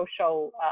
social